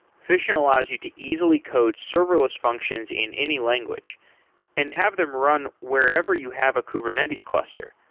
fission allows you to easily code serverless functions in any language and have them run wherever you have a kubernetes cluster,